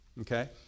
Okay